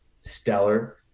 stellar